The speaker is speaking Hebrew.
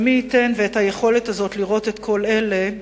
מי ייתן והיכולת הזאת לראות את כל אלה,